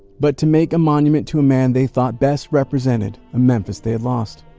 but to make a monument to a man they thought best represented a memphis they had lost.